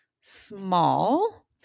small